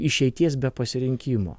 išeities be pasirinkimo